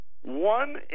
One